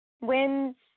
winds